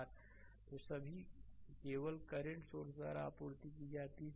slide समय देखें 1334 तो सभी केवल करंट सोर्स द्वारा आपूर्ति की जाती है